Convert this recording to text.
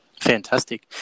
Fantastic